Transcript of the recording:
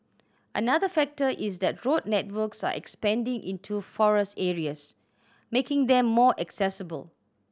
another factor is that road networks are expanding into forest areas making them more accessible